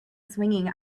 swinging